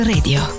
Radio